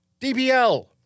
DBL